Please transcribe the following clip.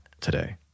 today